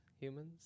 humans